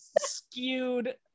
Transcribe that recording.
skewed